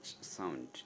sound